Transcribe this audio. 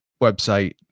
website